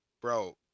bro